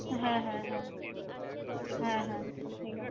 হ্যাঁ হ্যাঁ হ্যাঁ হ্যাঁ হ্যাঁ ঠিক আছে